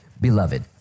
Beloved